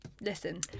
Listen